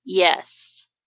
yes